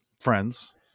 friends